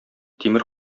тимер